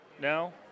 now